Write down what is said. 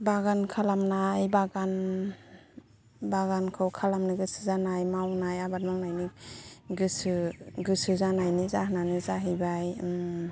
बागान खालामनाय बागान बागानखौ खालामनो गोसो जानाय मावनाय आबाद मावनायनि गोसो गोसो जानायनि जाहोनानो जाहैबाय